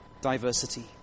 diversity